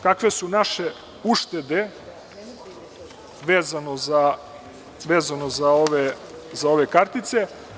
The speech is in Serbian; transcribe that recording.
Kakve su naše uštede vezano za ove kartice?